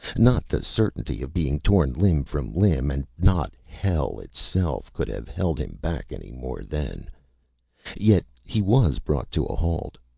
not the certainty of being torn limb from limb, and not hell, itself, could have held him back, anymore, then. yet he was brought to a halt.